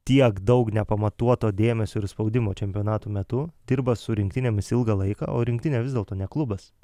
tiek daug nepamatuoto dėmesio ir spaudimo čempionatų metu dirba su rinktinėmis ilgą laiką o rinktinė vis dėlto ne klubas